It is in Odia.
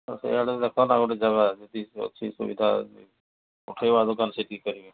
ସେଆଡ଼ୁ ଦେଖନା ଗୋଟେ ଜାଗା ଯଦି ଅଛି ସୁବିଧା ଯଦି ଉଠାଇବା ଦୋକାନ ସେଇଠି କରିବି